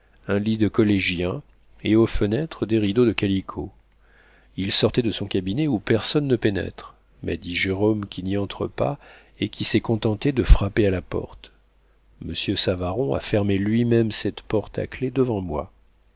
un lit de collégien et aux fenêtres des rideaux de calicot il sortait de son cabinet où personne ne pénètre m'a dit jérôme qui n'y entre pas et qui s'est contenté de frapper à la porte monsieur savaron a fermé lui-même cette porte à clef devant moi